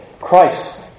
Christ